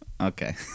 Okay